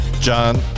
John